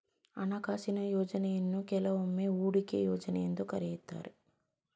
ಹಣಕಾಸಿನ ಯೋಜ್ನಯನ್ನು ಕೆಲವೊಮ್ಮೆ ಹೂಡಿಕೆ ಯೋಜ್ನ ಎಂದು ಕರೆಯುತ್ತಾರೆ